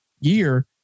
year